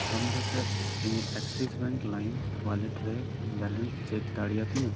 ᱟᱢ ᱫᱚ ᱪᱮᱫ ᱤᱧᱟᱹᱜ ᱮᱠᱥᱤᱥ ᱵᱮᱝᱠ ᱞᱟᱭᱤᱢ ᱳᱣᱟᱞᱮᱴ ᱨᱮ ᱵᱮᱞᱮᱱᱥ ᱪᱮᱠ ᱫᱟᱲᱮᱭᱟᱛᱤᱧᱟᱢ